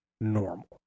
normal